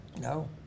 no